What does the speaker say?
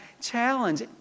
challenge